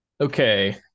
okay